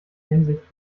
hinsicht